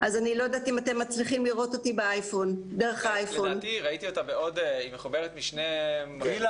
קודם כול אני רוצה לומר שזה באמת לא סוד שהמערכת שלנו היום